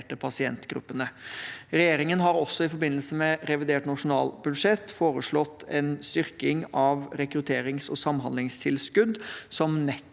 pasientgruppene. Regjeringen har også i forbindelse med revidert nasjonalbudsjett foreslått en styrking av rekrutterings- og samhandlingstilskudd, som nettopp